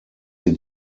sie